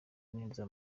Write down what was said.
neza